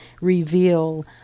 reveal